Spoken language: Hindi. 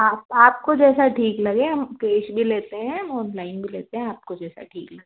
आप आपको जैसा ठीक लगे हम कैश भी लेते हैं ऑनलाइन भी लेते हैं आपको जैसा ठीक लगे